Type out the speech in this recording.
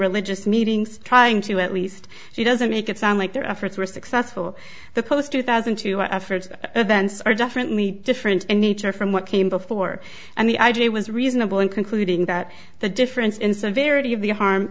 religious meetings trying to at least she doesn't make it sound like their efforts were successful the post two thousand to our efforts are definitely different in nature from what came before and the idea was reasonable in concluding that the difference in severity of the harm